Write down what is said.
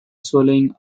swallowing